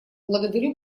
благодарю